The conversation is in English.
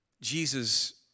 Jesus